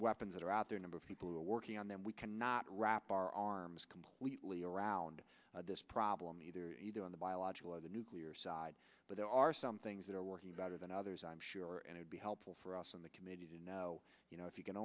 weapons that are out there number of people who are working on them we cannot wrap our arms completely around this problem either on the biological or the nuclear side but there are some things that are working better than others i'm sure and would be helpful for us in the committee to know you know if you can